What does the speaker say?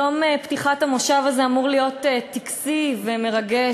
יום פתיחת המושב הזה אמור להיות טקסי ומרגש,